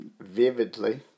vividly